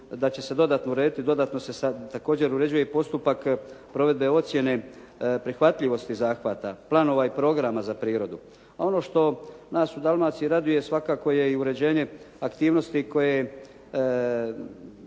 da će se dodatno urediti, dodatno se sad također uređuje i postupak provedbe ocjene prihvatljivosti zahvata, planova i programa za prirodu. A ono što nas u Dalmaciji raduje svakako je i uređenje aktivnosti koje